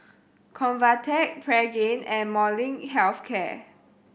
Convatec Pregain and Molnylcke Health Care